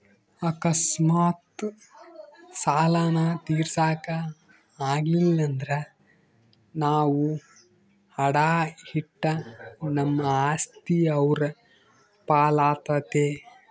ಅಕಸ್ಮಾತ್ ಸಾಲಾನ ತೀರ್ಸಾಕ ಆಗಲಿಲ್ದ್ರ ನಾವು ಅಡಾ ಇಟ್ಟ ನಮ್ ಆಸ್ತಿ ಅವ್ರ್ ಪಾಲಾತತೆ